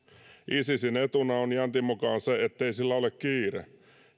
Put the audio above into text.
isisin etuna on jäntin mukaan se ettei sillä ole kiire